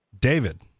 David